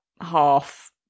half